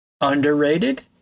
Underrated